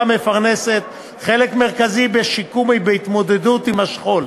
המפרנסת חלק מרכזי בשיקום ובהתמודדות עם השכול.